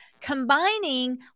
combining